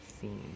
scene